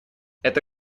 эта